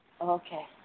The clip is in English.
Okay